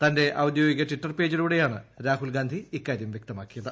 തന്റെ ഔദ്യോഗിക ടിറ്റർ പേജിലൂടെയാണ് രാഹുൽഗാന്ധി ഇക്കാരൃം വൃക്തമാക്കിയത്